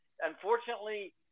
Unfortunately